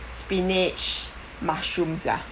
spinach mushroom sia